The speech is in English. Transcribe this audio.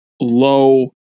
low